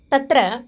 तत्र